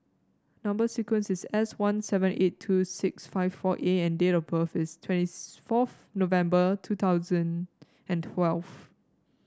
number sequence is S one seven eight two six five four A and date of birth is twenty fourth November two thousand and twelve